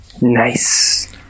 Nice